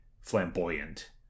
flamboyant